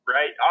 Right